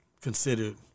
considered